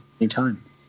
anytime